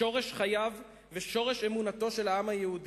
שורש חייו וראש אמונתו של העם היהודי,